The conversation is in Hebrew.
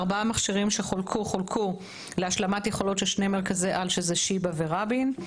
ארבעת המכשירים חולקו להשלמת יכולות של שני מרכזי העל "שיבא" ו"רבין".